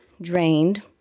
drained